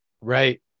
Right